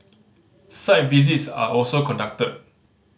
site visits are also conducted